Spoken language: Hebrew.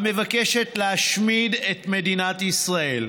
המבקשת להשמיד את מדינת ישראל.